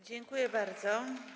Dziękuję bardzo.